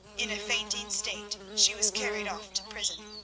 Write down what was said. in a fainting state she was carried off to prison.